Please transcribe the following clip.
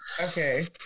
Okay